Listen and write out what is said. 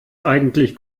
eigentlich